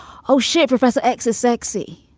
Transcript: oh, shit, professor x is sexy